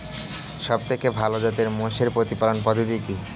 সবথেকে ভালো জাতের মোষের প্রতিপালন পদ্ধতি কি?